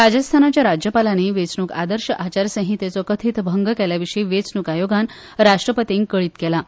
राजस्थानाच्या राज्यपालानी वेचणुक आदर्श आचारसंहितेचो कथीत भंग केल्ल्याविशी वेचणुक आयोगान राष्ट्रपतींक कळीत केलां